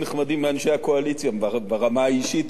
ברמה האישית אני מחבב את כולם,